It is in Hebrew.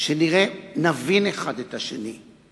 שנבין אחד את השני,